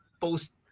post